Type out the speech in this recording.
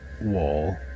wall